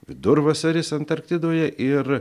vidurvasaris antarktidoje ir